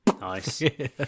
Nice